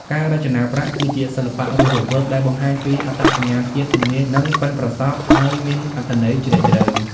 ការរចនាប្រាក់ គឺជាសិល្បៈរស់រវើកដែលបង្ហាញពីអត្តសញ្ញាណជាតិ ជំនាញ និងប៉ិនប្រសប់ ហើយមានអត្ថន័យជ្រាលជ្រៅ។